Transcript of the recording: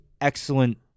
excellent